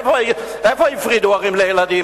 איפה הפרידו בין הורים לילדים?